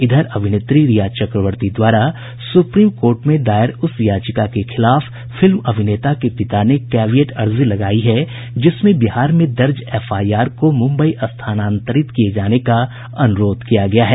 इधर अभिनेत्री रिया चक्रवर्ती द्वारा सुप्रीम कोर्ट में दायर उस याचिका के खिलाफ फिल्म अभिनेता के पिता ने कैविएट अर्जी लगायी है जिसमें बिहार में दर्ज एफआईआर को मुम्बई स्थानांतरित किये जाने का अनुरोध किया गया है